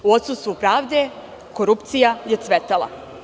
U odsustvu pravde, korupcija je cvetala.